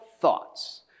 thoughts